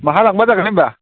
बहा लांबा जागोन होनबा